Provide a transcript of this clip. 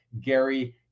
gary